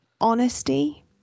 Honesty